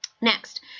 Next